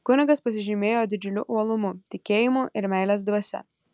kunigas pasižymėjo didžiuliu uolumu tikėjimu ir meilės dvasia